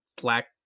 black